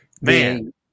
Man